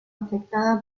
afectada